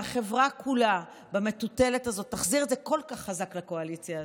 והחברה כולה במטוטלת הזאת תחזיר את זה כל כך חזק לקואליציה הזאת,